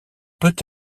peut